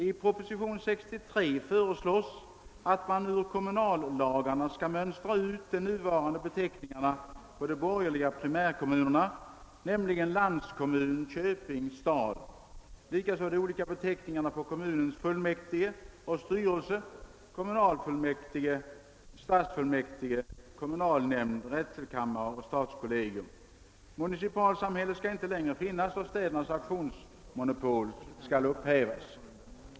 I propositionen 63 föreslås att man ur kommunallagarna skall mönstra ut de nuvarande beteckningarna på de borgerliga primärkommunerna, nämligen landskommun, köping och stad, ävensom de olika beteckningarna på kommunens fullmäktige och styrelse, d. v. s. kommunalfullmäktige, stadsfullmäktige, kommunalnämnd, drätselkammare och stadskollegium. Municipalsamhälle skall inte längre finnas, och städernas auktionsmonopol skall upphävas.